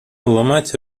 ломать